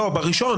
בראשון.